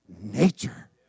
nature